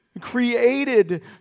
Created